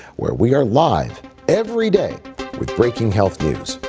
where we are live every day with breaking health news.